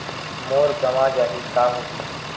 मोर गंवा जाहि का होही?